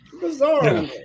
Bizarre